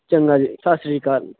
ਚੰਗਾ ਜੀ ਸਤਿ ਸ਼੍ਰੀ ਅਕਾਲ